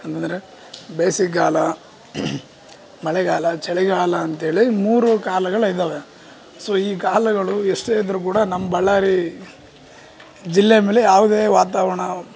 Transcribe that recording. ಅಂತಂದರೆ ಬೇಸಿಗೆ ಕಾಲ ಮಳೆಗಾಲ ಚಳಿಗಾಲ ಅಂತ್ಹೇಳಿ ಮೂರು ಕಾಲಗಳು ಇದಾವೆ ಸೋ ಈ ಕಾಲಗಳು ಎಷ್ಟೇ ಇದ್ರು ಕೂಡ ನಮ್ಮ ಬಳ್ಳಾರಿ ಜಿಲ್ಲೆ ಮೇಲೆ ಯಾವುದೇ ವಾತಾವರ್ಣ